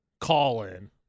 call-in